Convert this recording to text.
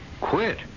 Quit